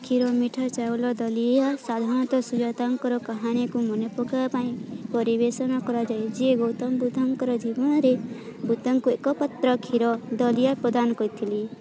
କ୍ଷୀର ମିଠା ଚାଉଳ ଦଲିଆ ସାଧାରଣତଃ ସୁଜାତାଙ୍କ କାହାଣୀକୁ ମନେ ପକାଇବା ପାଇଁ ପରିବେଷଣ କରାଯାଏ ଯିଏ ଗୌତମ ବୁଦ୍ଧଙ୍କ ଜୀବନରେ ବୁଦ୍ଧଙ୍କୁ ଏକ ପାତ୍ର କ୍ଷୀର ଦଲିଆ ପ୍ରଦାନ କରିଥିଲେ